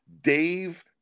Dave